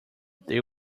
they